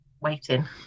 waiting